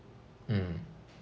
mm